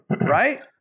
right